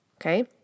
okay